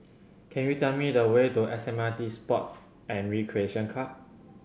can you tell me the way to S M R T Sports and Recreation Club